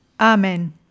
Amen